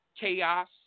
Chaos